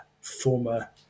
former